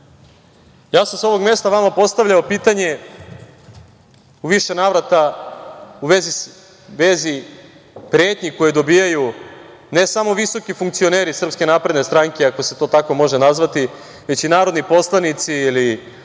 ja sam sa ovog mesta vama postavljao pitanje u više navrata u vezi pretnji koje dobijaju, ne samo visoki funkcioneri Srpske napredne stranke, ako se to tako može nazvati, već i narodni poslanici ili